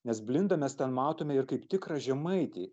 nes blindą mes ten matome ir kaip tikrą žemaitį